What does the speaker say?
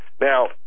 Now